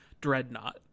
dreadnought